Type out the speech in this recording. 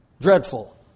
Dreadful